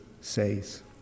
says